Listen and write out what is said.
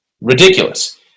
ridiculous